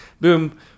boom